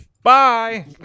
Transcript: Bye